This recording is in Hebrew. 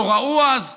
לא ראו אז,